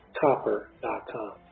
copper.com